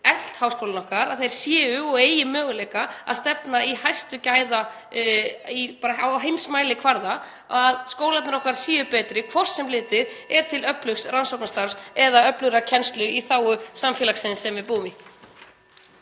eflt háskólana okkar, að þeir séu og eigi möguleika á að stefna í gæði á heimsmælikvarða, að skólarnir okkar séu betri, hvort sem litið er til öflugs rannsóknastarfs eða öflugrar kennslu í þágu samfélagsins sem við búum í.